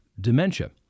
dementia